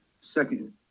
second